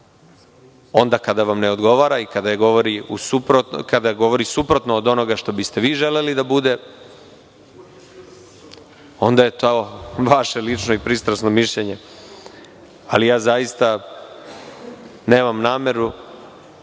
onda kada vam ne odgovora i kada govori suprotno od onoga što biste vi želeli da bude, onda je to vaše lično i pristrasno mišljenje, ali ja zaista nemam nameru